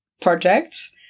projects